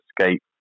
escape